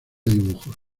dibujos